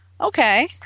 okay